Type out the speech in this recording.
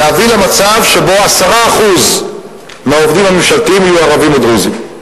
להביא למצב שבו 10% מהעובדים הממשלתיים יהיו ערבים או דרוזים.